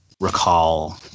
recall